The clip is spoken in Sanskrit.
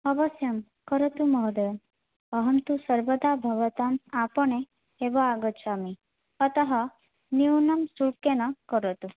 अवश्यं करोतु महोदय अहं तु सर्वदा भवताम् आपणे एव आगच्छामि अतः न्यूनं शुल्केन करोतु